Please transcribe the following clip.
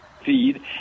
feed